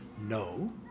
No